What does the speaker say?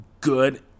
good